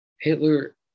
Hitler